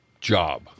job